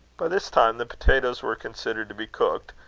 by this time the potatoes wore considered to be cooked,